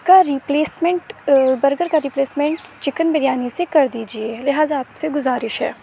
کا replacement burger کا replacement chicken biryani سے کر دیجیے لہٰذا آپ سے گزارش ہے